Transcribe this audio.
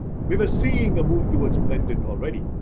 we were seeing a move towards blended already.